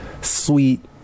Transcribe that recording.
sweet